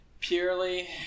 purely